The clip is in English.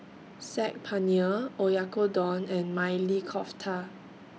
Saag Paneer Oyakodon and Maili Kofta